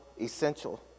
essential